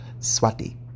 Swati